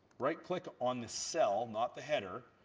right click on the cell, not the header,